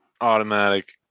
automatic